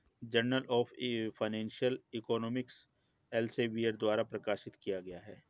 journal of financial economics Elsevier द्वारा प्रकाशित किया गया हैं